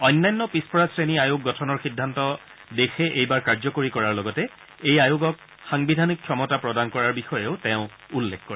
অন্যান্য পিছপৰা শ্ৰেণী আয়োগ গঠনৰ সিদ্ধান্ত দেশে এইবাৰ কাৰ্যকৰী কৰাৰ লগতে এই আয়োগক সাংবিধানিক ক্ষমতা প্ৰদান কৰাৰ বিষয়েও তেওঁ উল্লেখ কৰে